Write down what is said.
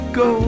go